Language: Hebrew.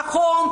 נכון,